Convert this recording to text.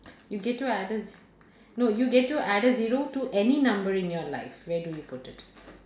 you get to add a ze~ no you get to add a zero to any number in your life where do you put it